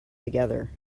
together